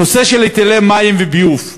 בנושא של היטלי מים וביוב,